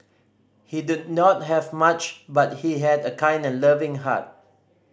he did not have much but he had a kind and loving heart